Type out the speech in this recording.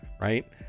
right